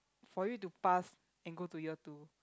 for you to pass and go to year two